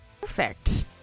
Perfect